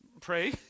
Pray